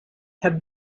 have